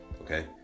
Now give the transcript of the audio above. Okay